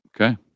Okay